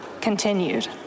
continued